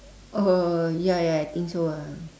oh ya ya I think so ah